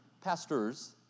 pastors